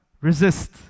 Resist